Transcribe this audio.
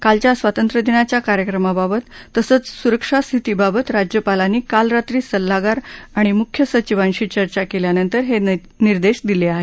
कालच्या स्वातंत्र्यदिनाच्या कार्यक्रमांबाबत तसंच सुरक्षास्थितीबाबत राज्यपालांनी काल रात्री सल्लागार आणि मुख्य सचिवांशी चर्चा केल्यानंतर हे निर्देश दिले आहेत